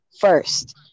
first